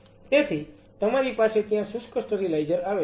તેથી તમારી પાસે ત્યાં શુષ્ક સ્ટરીલાઈઝર આવેલું છે